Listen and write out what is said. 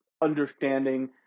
understanding